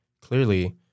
Clearly